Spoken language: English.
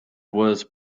was